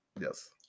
Yes